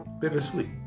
Bittersweet